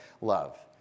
love